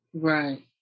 right